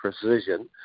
precision